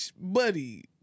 Buddy